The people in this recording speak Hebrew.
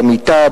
במיטה,